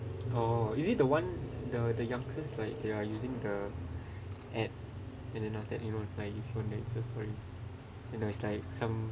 oh is it the one the the youngsters like they are using the app and then after that you know like it's sad story you know it's like some